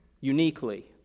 uniquely